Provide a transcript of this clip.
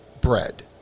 bread